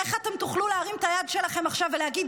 איך תוכלו להרים עכשיו את היד שלכם ולהגיד